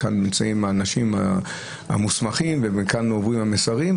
כאן נמצאים האנשים המוסמכים ומכאן נובעים המסרים,